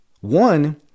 One